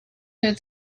had